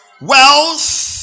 wealth